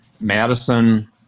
Madison